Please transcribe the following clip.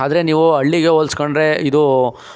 ಆದರೆ ನೀವು ಹಳ್ಳಿಗೆ ಹೋಲಿಸ್ಕೊಂಡ್ರೆ ಇದು